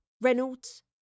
Reynolds